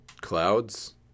clouds